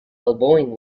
elbowing